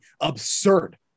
absurd